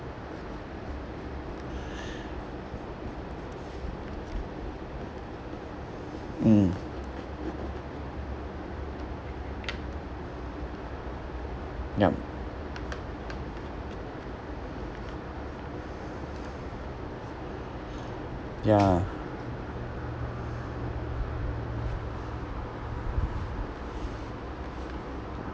mm yup ya